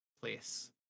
place